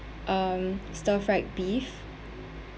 um stir fried beef